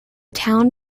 town